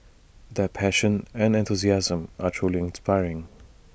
their passion and enthusiasm are truly inspiring